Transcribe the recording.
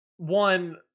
One